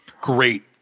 Great